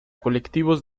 colectivos